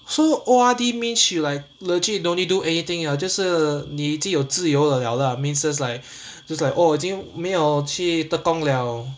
so O_R_D means you like legit do need do anything liao 就是你已经有自由了 liao lah means just like just like oh 已经没有去 tekong liao